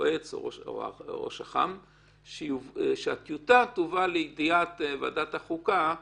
יועץ או ראש אח"מ שהטיוטה תובא לידיעת ועדת החוקה.